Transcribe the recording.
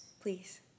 please